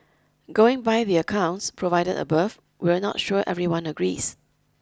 going by the accounts provided above we're not sure everyone agrees